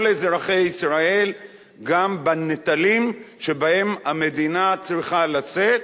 אזרחי ישראל גם בנטל שהמדינה צריכה לשאת,